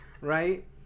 right